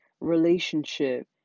relationship